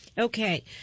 Okay